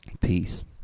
Peace